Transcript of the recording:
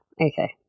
Okay